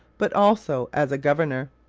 but also as a governor.